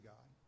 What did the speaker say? God